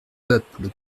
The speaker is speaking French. peuple